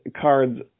cards